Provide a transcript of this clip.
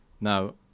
now